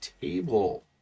table